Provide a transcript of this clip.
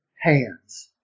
hands